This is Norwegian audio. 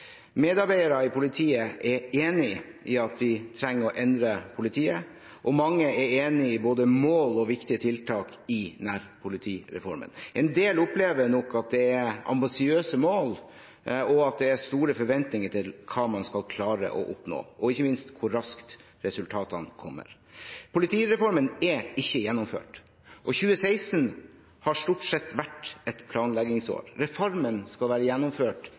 Medarbeidere i politiet er enig i at vi trenger å endre politiet, og mange er enig i både mål og viktige tiltak i nærpolitireformen. En del opplever nok at det er ambisiøse mål, og at det er store forventninger til hva man skal klare å oppnå, og ikke minst hvor raskt resultatene kommer. Politireformen er ikke gjennomført, og 2016 har stort sett vært et planleggingsår. Reformen skal være gjennomført